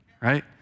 right